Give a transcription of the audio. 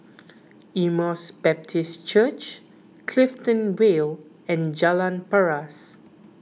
Emmaus Baptist Church Clifton Vale and Jalan Paras